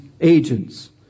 agents